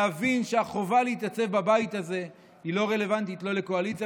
להבין שהחובה להתייצב בבית הזה היא לא רלוונטית לא לקואליציה